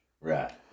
Right